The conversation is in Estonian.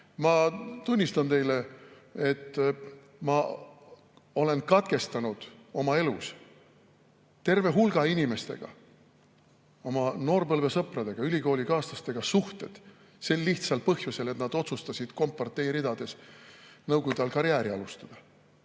Ma tunnistan teile, et ma olen katkestanud oma elus terve hulga inimestega, oma noorpõlvesõpradega, ülikoolikaaslastega suhted sel lihtsal põhjusel, et nad otsustasid kompartei ridades nõukogude ajal karjääri alustada.